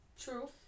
True